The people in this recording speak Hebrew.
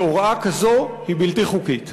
שהוראה כזו היא בלתי חוקית.